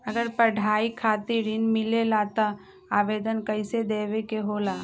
अगर पढ़ाई खातीर ऋण मिले ला त आवेदन कईसे देवे के होला?